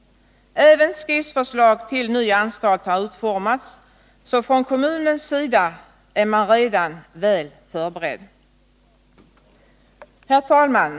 Även skisser till en ny anstalt har utformats, så från kommunens sida är man redan väl förberedd. Herr talman!